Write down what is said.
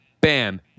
bam